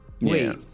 Wait